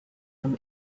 from